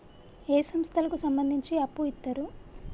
ఏ సంస్థలకు సంబంధించి అప్పు ఇత్తరు?